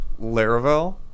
Laravel